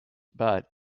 but